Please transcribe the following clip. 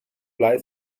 fly